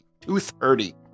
230